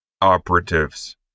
operatives